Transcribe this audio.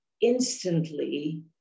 instantly